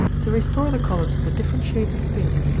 to restore the colors of the different shades of pink,